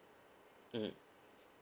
mm